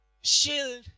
Shield